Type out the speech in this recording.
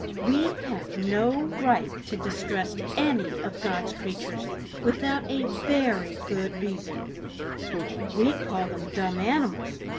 we have no right to distress any of god's creatures without a very good reason we call them dumb animals,